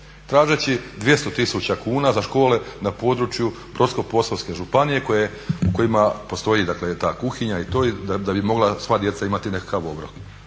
tražeći 200 tisuća kuna za škole na području Brodsko-posavske županije u kojima postoji dakle ta kuhinja i to da bi mogla sva djeca imati nekakav obrok.